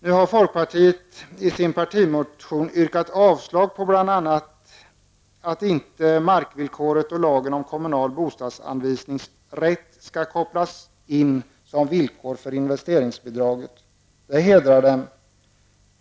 Nu har folkpartiet i sin partimotion yrkat avslag bl.a. på att markvillkoret och lagen om kommunal bostadsanvisningsrätt skall kopplas in som villkor för investeringsbidrag. Det hedrar dem.